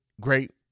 great